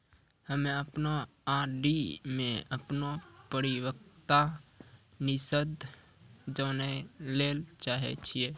हम्मे अपनो आर.डी मे अपनो परिपक्वता निर्देश जानै ले चाहै छियै